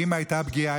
אם הייתה פגיעה